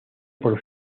por